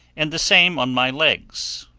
and the same on my legs,